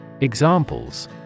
Examples